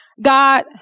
God